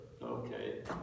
Okay